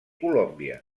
colòmbia